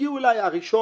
הגיע אליי הראשון